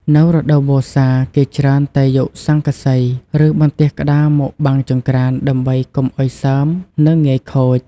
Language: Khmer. នៅរដូវវស្សា គេច្រើនតែយកស័ង្កសី ឬ បន្ទះក្ដារមកបាំងចង្រ្កានដើម្បីឱ្យកុំឱ្យសើម និងងាយខូច។